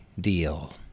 deal